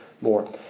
more